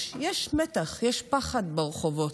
יש מתח, יש פחד ברחובות.